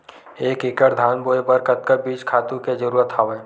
एक एकड़ धान बोय बर कतका बीज खातु के जरूरत हवय?